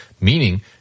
meaning